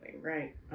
right